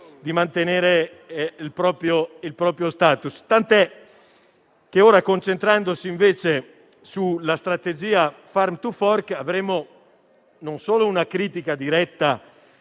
di mantenere il proprio *status.* Ora, concentrandoci sulla strategia Farm to fork, avremmo non solo una critica diretta